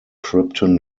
krypton